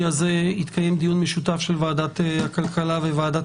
מתקיים דיון משותף של וועדת הכלכלה וועדת